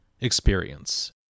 experience